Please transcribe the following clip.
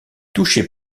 touché